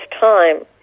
time